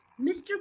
Mr